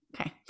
Okay